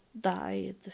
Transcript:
died